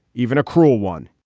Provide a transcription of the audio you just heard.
even a cruel one